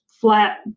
flat